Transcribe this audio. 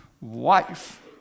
wife